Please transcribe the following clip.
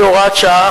כהוראת שעה,